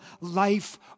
life